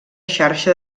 xarxa